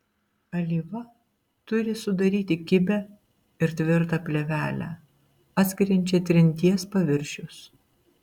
alyva turi sudaryti kibią ir tvirtą plėvelę atskiriančią trinties paviršius